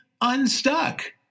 unstuck